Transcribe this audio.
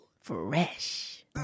Fresh